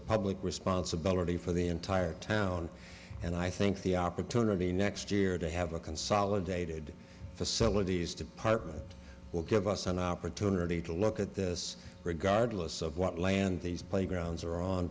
a public responsibility for the entire town and i think the opportunity next year to have a consolidated facilities department will give us an opportunity to look at this regardless of what land these playgrounds are on